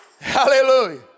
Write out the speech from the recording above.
Hallelujah